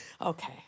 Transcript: Okay